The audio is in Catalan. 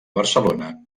barcelona